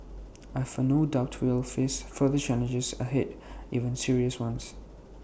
I have no doubt we will face further challenges ahead even serious ones